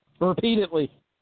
repeatedly